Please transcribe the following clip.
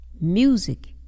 Music